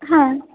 হ্যাঁ